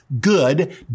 good